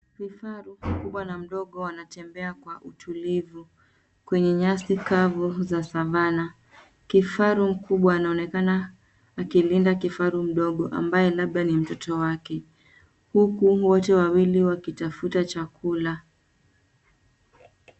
Vifaru mkubwa na mdogo wanatembea kwa utulivu kwenye nyasi javu za savana. Kifaru mkubwa anaonekana akilinda kifaru mdogo ambaye labda ni mtoto wake ,huku wote wawili wakitafuta chakula.